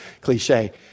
cliche